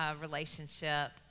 relationship